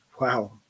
wow